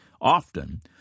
Often